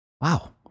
Wow